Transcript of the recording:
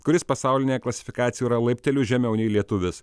kuris pasaulinėje klasifikacijoj yra laipteliu žemiau nei lietuvis